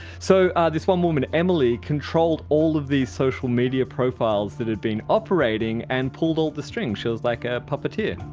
so this one woman emily controlled all of these social media profiles that had been operating, and pulled all the strings. she was like a puppeteer.